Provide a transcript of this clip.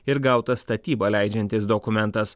ir gautas statybą leidžiantis dokumentas